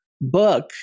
book